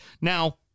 Now